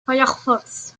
firefox